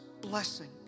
blessing